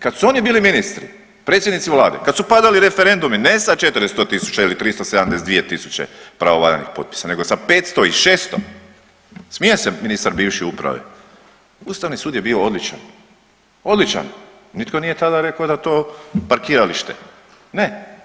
Kad su oni bili ministri, predsjednici vlade, kad su padali referendumi ne sa 400.000 ili 372.000 pravovaljanih potpisa nego sa 500 i 600, smije se ministar bivši uprave, ustavni sud je bio odličan, odličan nitko nije tada rekao da to parkiralište, ne.